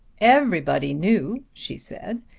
everybody knew, she said,